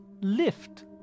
lift